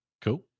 Cool